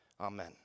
Amen